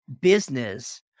business